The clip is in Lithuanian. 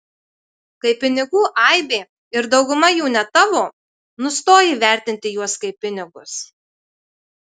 kai pinigų aibė ir dauguma jų ne tavo nustoji vertinti juos kaip pinigus